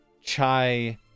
Chai